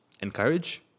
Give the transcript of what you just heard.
encourage